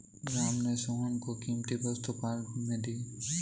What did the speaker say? राम ने सोहन को कीमती वस्तु उपहार में दिया